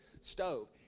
stove